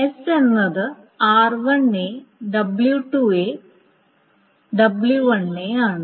S എന്നത് r1 w2 w1 ആണ്